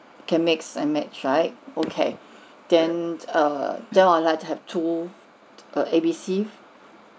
can mix and match right okay then err then I would like to have two err A B C